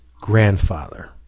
grandfather